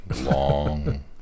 long